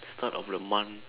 start of the month